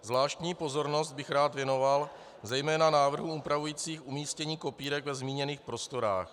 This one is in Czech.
Zvláštní pozornost bych rád věnoval zejména návrhům upravujícím umístění kopírek ve zmíněných prostorách.